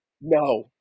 no